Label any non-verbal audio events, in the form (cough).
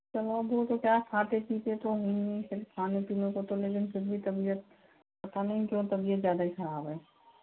चलो भूल तो क्या खाते पीते तो हूँ फिर खाने पीने को तो (unintelligible) लेकिन फिर भी तबियत पता नहीं क्यों तबियत ज़्यादा खराब ही है